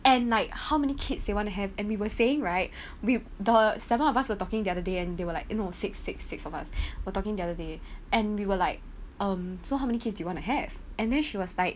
and like how many kids they want to have and we were saying right with the seven of us were talking the other day and they were like no six six six of us we're talking the other day and we were like um so how many kids you want to have and then she was like